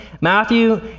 Matthew